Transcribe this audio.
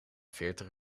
veertig